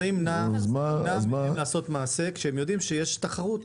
זה ימנע מהם לעשות מעשה כשהם יודעים שיש תחרות.